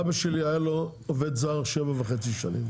לאבא שלי היה עובד זר שבע וחצי שנים,